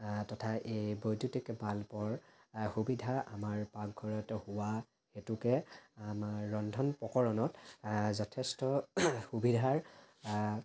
তথা এই বৈদ্যুতিক বাল্বৰ সুবিধা আমাৰ পাকঘৰত হোৱা হেতুকে আমাৰ ৰন্ধন প্ৰকৰণত যথেষ্ট সুবিধাৰ